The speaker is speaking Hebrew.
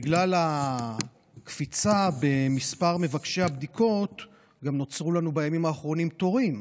בגלל הקפיצה במספר מבקשי הבדיקות גם נוצרו לנו בימים האחרונים תורים.